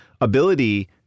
ability